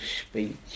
speech